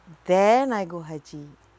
then I go haji